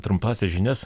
trumpąsias žinias